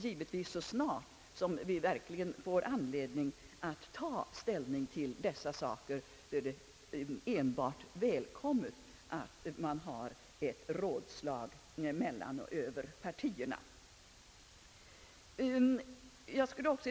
Men så snart vi verkligen får anledning att ta ställning till dessa saker, är ett rådslag mellan och över partierna givetvis välkommet.